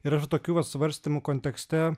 ir aš tokių va svarstymų kontekste